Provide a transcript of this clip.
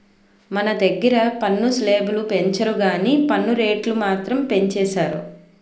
మన దగ్గిర పన్ను స్లేబులు పెంచరు గానీ పన్ను రేట్లు మాత్రం పెంచేసారు